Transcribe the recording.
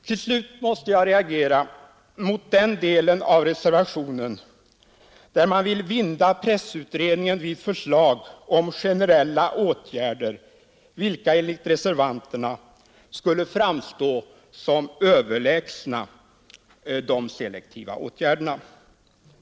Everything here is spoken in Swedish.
Till slut måste jag reagera mot den del av reservationen, där man vill binda pressutredningen vid förslag om generella åtgärder, vilka enligt reservanterna skulle framstå som överlägsna de selektiva.